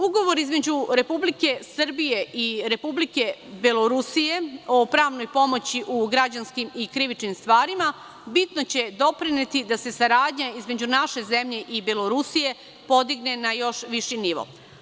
Ugovor između Republike Srbije i Republike Belorusije o pravnoj pomoći u građanskim i krivičnim stvarima bitno će doprineti da se saradnja između naše zemlje i Belorusije podigne na još viši nivo.